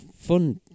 fun